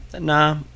Nah